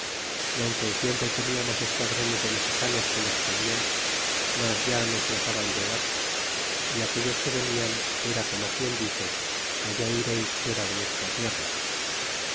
y aunque siempre teniamos esquadrones de mexicanos que nos seguian mas ya no se osaban llegar y aquellos que venian era como quien dice allá ireis fuera de nuestra tierra